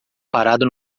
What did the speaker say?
parado